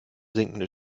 sinkende